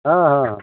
हँ हँ